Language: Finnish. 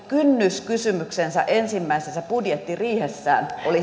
kynnyskysymys ensimmäisessä budjettiriihessään oli